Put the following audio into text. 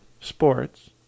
sports